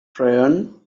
tryon